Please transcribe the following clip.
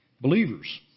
Believers